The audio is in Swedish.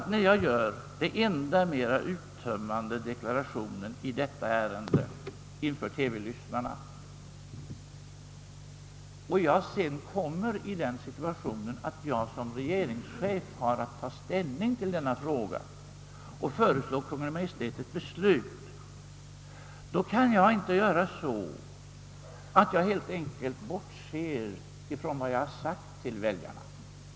Jag har, som sagt, gjort den enda mera uttömmande deklarationen i detta ärende inför TV tittarna och när jag sedan kommer i den situationen att jag som regeringschef har att ta ställning till denna fråga och föreslå Kungl. Maj:t ett beslut, då kan jag inte helt enkelt bortse från vad jag sagt till väljarna.